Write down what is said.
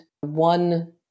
one